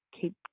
keep